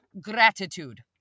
gratitude